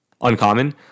uncommon